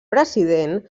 president